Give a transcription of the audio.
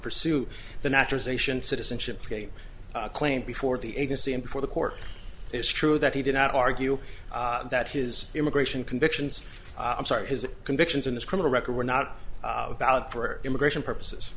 pursue the naturalization citizenship to gain a claim before the agency and before the court it's true that he did not argue that his immigration convictions i'm sorry his convictions in this criminal record were not valid for immigration purposes